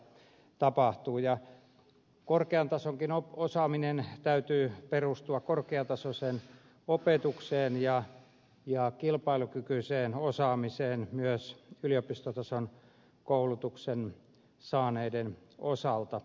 korkean tason osaamisenkin täytyy perustua korkeatasoiseen opetukseen ja kilpailukykyiseen osaamiseen myös ylipistotason koulutuksen saaneiden osalta